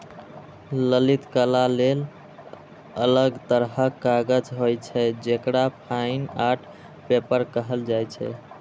ललित कला लेल अलग तरहक कागज होइ छै, जेकरा फाइन आर्ट पेपर कहल जाइ छै